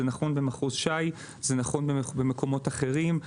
זה נכון במחוז ש"י, זה נכון במקומות אחרים.